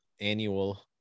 annual